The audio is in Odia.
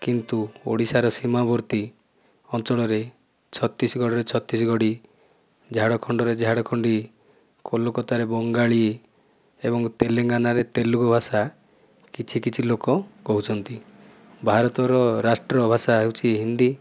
କିନ୍ତୁ ଓଡ଼ିଶାର ସୀମାବର୍ତ୍ତୀ ଅଞ୍ଚଳରେ ଛତିଶଗଡ଼ରେ ଛତିଶଗଡ଼ି ଝାଡ଼ଖଣ୍ଡରେ ଝାଡ଼ଖଣ୍ଡି କୋଲକାତାରେ ବଙ୍ଗାଳୀ ଏବଂ ତେଲେଙ୍ଗାନାରେ ତେଲୁଗୁ ଭାଷା କିଛି କିଛି ଲୋକ କହୁଛନ୍ତି ଭାରତ ର ରାଷ୍ଟ୍ର ଭାଷା ହେଉଛି ହିନ୍ଦୀ